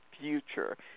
future